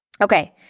Okay